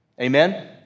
Amen